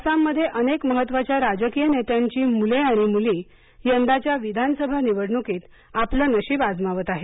आसाममध्ये अनेक महत्त्वाच्या राजकीय नेत्यांची मुले आणि मुली यंदाच्या विधानसभा निवडणुकीत आपलं नशीब आजमावत आहेत